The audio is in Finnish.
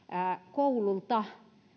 koululta